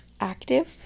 active